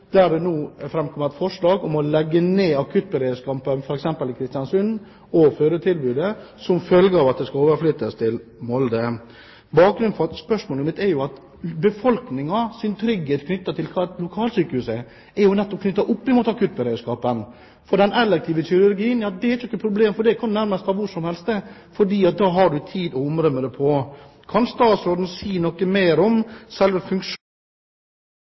der det nå er framkommet forslag om å legge ned akuttberedskapen i Kristiansund, som følge av at tilbudet skal overføres til Molde. Bakgrunnen for spørsmålet mitt er at den trygghet befolkningen føler er knyttet til lokalsykehuset, er jo nettopp knyttet opp mot akuttberedskapen, for den elektive kirurgien er ikke noe problem. Den kan jo utføres nærmest hvor som helst, for da har man tid til å områ seg. Kan statsråden si noe mer om